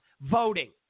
voting